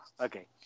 okay